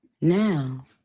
Now